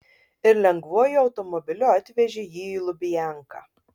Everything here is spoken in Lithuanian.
ir lengvuoju automobiliu atvežė jį į lubianką